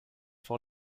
vor